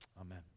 Amen